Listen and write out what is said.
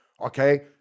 Okay